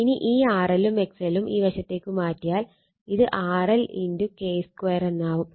ഇനി ഈ RL ഉം XL ഉം ഈ വശത്തേക്ക് മാറ്റിയാൽ ഇത് RL K 2 എന്നാവും